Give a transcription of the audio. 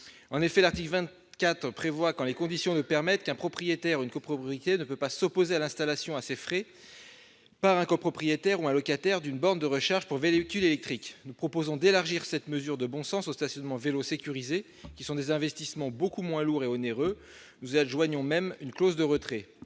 En effet, l'article 24 prévoit, quand les conditions le permettent, qu'un propriétaire ou une copropriété ne peut pas s'opposer à l'installation à ses frais par un copropriétaire ou un locataire d'une borne de recharge pour véhicule électrique. Nous proposons d'élargir cette mesure de bon sens aux stationnements pour vélos sécurisés, qui sont des investissements beaucoup moins lourds et onéreux. Nous y adjoignons également une clause de retrait.